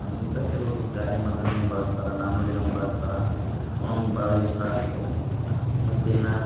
ಇಂಥ ಕೆಲವು ಗಾದೆಮಾತ್ಗಳನ್ನು ಬಳಸ್ತಾರೆ ನಾಣ್ಣುಡಿಗಳನ್ನು ಬಳಸ್ತಾರೆ ಒಂದೊಂದು ಭಾಳ ಇಷ್ಟ ಆಗ್ತವೆ ಮತ್ತು ಇನ್ನು